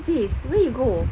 where is this where you go